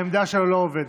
העמדה שלו לא עובדת.